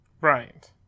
Right